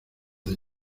the